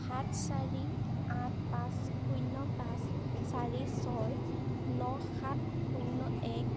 সাত চাৰি আঠ পাঁচ শূন্য পাঁচ চাৰি ছয় ন সাত শূন্য এক